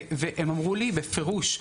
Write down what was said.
נאמר לי בפירוש,